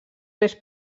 més